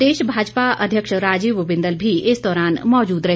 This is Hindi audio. प्रदेश भाजपा अध्यक्ष राजीव बिंदल भी इस दौरान मौजूद रहे